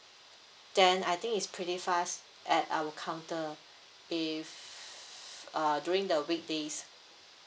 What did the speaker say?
then I think it's pretty fast at our counter if uh during the weekdays